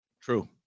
True